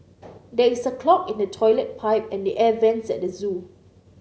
there is a clog in the toilet pipe and the air vents at the zoo